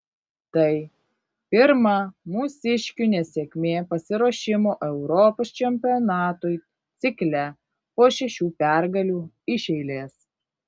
tai pirma mūsiškių nesėkmė pasiruošimo europos čempionatui cikle po šešių pergalių iš eilės